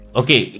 okay